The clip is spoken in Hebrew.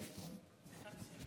טיבי,